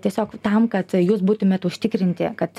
tiesiog tam kad jūs būtumėt užtikrinti kad